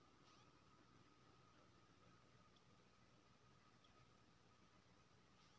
रोज रोजकेर खर्चा लेल किछु कार्यशील पूंजी हेबाक चाही ने